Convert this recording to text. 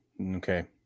Okay